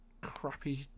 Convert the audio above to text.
crappy